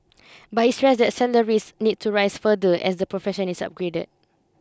but he stressed that salaries need to rise further as the profession is upgraded